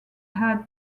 had